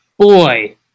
Boy